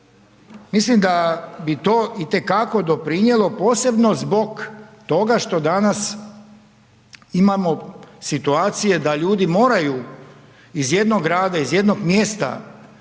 Mislim da bi to itekako doprinijelo, posebno zbog toga što danas imamo situacije da ljudi moraju iz jednog grada, iz jednog mjesta,